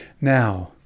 Now